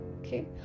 okay